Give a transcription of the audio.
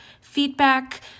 feedback